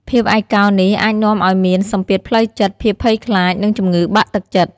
ភាពឯកោនេះអាចនាំឲ្យមានសម្ពាធផ្លូវចិត្ត ភាពភ័យខ្លាច និងជំងឺបាក់ទឹកចិត្ត។